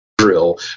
drill